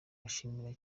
bishimira